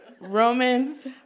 Romans